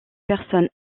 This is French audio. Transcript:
personne